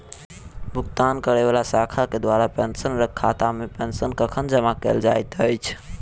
भुगतान करै वला शाखा केँ द्वारा पेंशनरक खातामे पेंशन कखन जमा कैल जाइत अछि